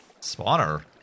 Spawner